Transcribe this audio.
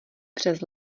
přes